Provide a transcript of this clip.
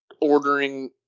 ordering